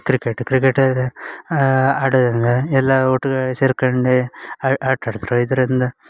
cricket cricket ಅದು ಆಡೋದ್ ಅಂದರೆ ಎಲ್ಲ ಒಟ್ಟು ಕಡೆ ಸೇರ್ಕೊಂಡೆ ಆಟ ಆಡ್ತ್ರು ಇದರಿಂದ